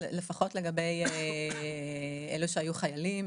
לפחות אלה שהיו חיילים,